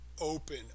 open